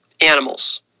animals